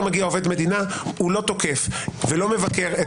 מגיע עובד מדינה הוא לא תוקף ולא מבקר.